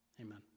Amen